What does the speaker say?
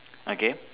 okay